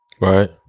Right